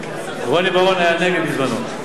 רוני בר-און היה נגד בזמנו.